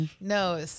No